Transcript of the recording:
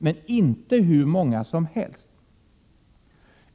Men det får inte röra sig om hur många som helst.